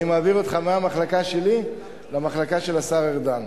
אני מעביר אותך מהמחלקה שלי למחלקה של השר ארדן.